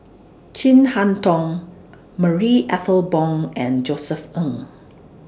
Chin Harn Tong Marie Ethel Bong and Josef Ng